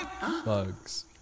bugs